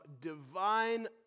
divine